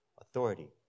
authority